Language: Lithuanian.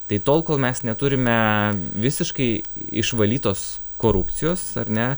tai tol kol mes neturime visiškai išvalytos korupcijos ar ne